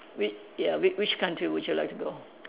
whi~ ya which country would you like to go